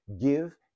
Give